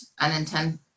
unintended